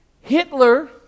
Hitler